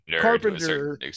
Carpenter